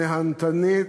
נהנתנית,